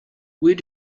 where